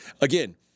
Again